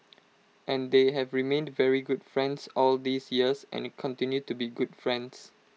and they have remained very good friends all these years and continue to be good friends